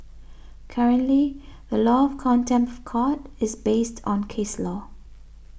currently the law of contempt of court is based on case law